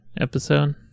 episode